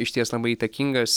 išties labai įtakingas